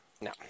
No